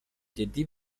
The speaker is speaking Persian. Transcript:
جدی